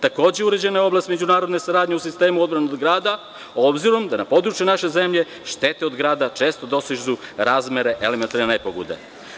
Takođe, uređena je oblast međunarodne saradnje u sistemu odbrane od grada, obzirom da na području naše zemlje štete od grada često dostižu razmere elementarne nepogode.